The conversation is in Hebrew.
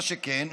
מה שכן,